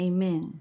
Amen